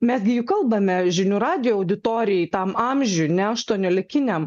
mes gi juk kalbame žinių radijo auditorijai tam amžiuj ne aštuoniolikiniam